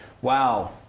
Wow